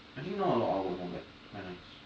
I think now a lot of artwork not bad quite nice